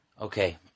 Okay